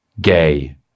gay